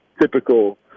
typical